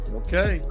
okay